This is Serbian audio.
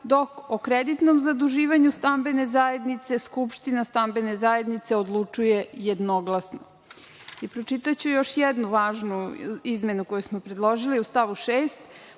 dok o kreditnom zaduživanju stambene zajednice skupština stambene zajednice odlučuje jednoglasno“.Pročitaću još jednu važnu izmenu koju smo predložili u stavu 6):